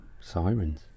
sirens